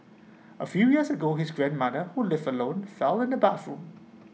A few years ago his grandmother who lived alone fell in the bathroom